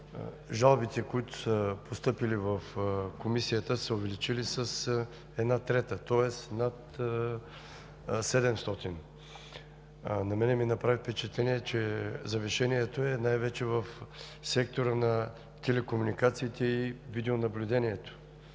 жалбите, които са постъпили в Комисията, са се увеличили с една трета – тоест над 700. Направи ми впечатление, че завишението е най-вече в сектора на телекомуникациите и видеонаблюдението.